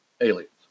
aliens